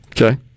Okay